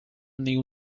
new